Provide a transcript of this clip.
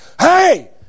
Hey